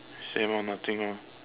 same ah nothing ah